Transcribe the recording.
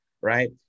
right